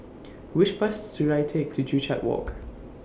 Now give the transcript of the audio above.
Which Bus should I Take to Joo Chiat Walk